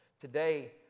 Today